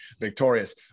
victorious